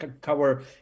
cover